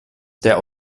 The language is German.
der